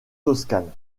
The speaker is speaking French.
toscane